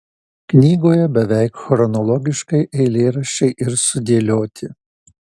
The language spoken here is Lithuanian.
knygoje beveik chronologiškai eilėraščiai ir sudėlioti